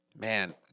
Man